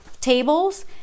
tables